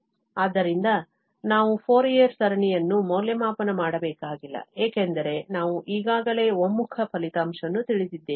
ಆದ್ದರಿಂದ ನಾವು ಫೋರಿಯರ್ ಸರಣಿಯನ್ನು ಮೌಲ್ಯಮಾಪನ ಮಾಡಬೇಕಾಗಿಲ್ಲ ಏಕೆಂದರೆ ನಾವು ಈಗಾಗಲೇ ಒಮ್ಮುಖ ಫಲಿತಾಂಶವನ್ನು ತಿಳಿದಿದ್ದೇವೆ